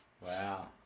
Wow